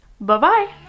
Bye-bye